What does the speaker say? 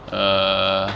err